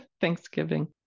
Thanksgiving